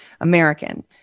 American